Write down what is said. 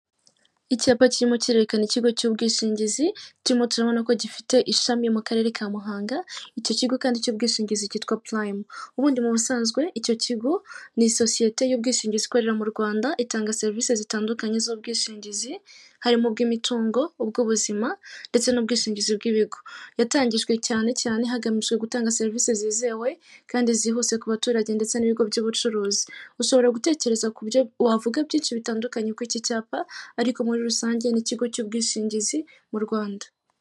Icyapa kirimo kirerekana ikigo cy'ubwishingizi, turimo turabona ko gifite ishami mu karere ka Muhanga, icyo kigo kandi cy'ubwishingizi cyitwa Purayime. Ubundi mu busanzwe, icyo kigo ni sosiyete y'ubwishingizi ikorera mu Rwanda, itanga serivisi zitandukanye z'ubwishingizi harimo: ubw'imitungo, ubw'ubuzima, ndetse n'ubwishingizi bw'ibigo. Yatangijwe cyane cyane hagamijwe gutanga serivisi zizewe kandi zihuse, ku baturage ndetse n'ibigo by'ubucuruzi. Ushobora gutekereza ku byo wavuga byinshi bitandukanye kuri iki cyapa, ariko muri rusange ni ikigo cy'ubwishingizi mu Rwanda.